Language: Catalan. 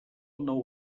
nou